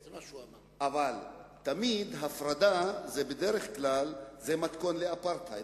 אבל תמיד הפרדה, זה בדרך כלל מתכון לאפרטהייד.